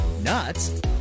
nuts